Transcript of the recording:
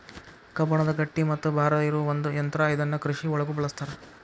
ಕಬ್ಬಣದ ಗಟ್ಟಿ ಮತ್ತ ಭಾರ ಇರು ಒಂದ ಯಂತ್ರಾ ಇದನ್ನ ಕೃಷಿ ಒಳಗು ಬಳಸ್ತಾರ